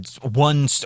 one